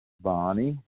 Bonnie